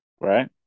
right